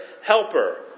helper